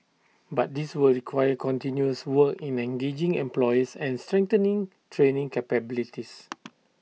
but this will require continuous work in engaging employers and strengthening training capabilities